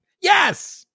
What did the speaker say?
Yes